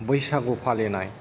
बैसागु फालिनाय